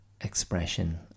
expression